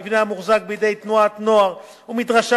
מבנה המוחזק בידי תנועת נוער ומדרשה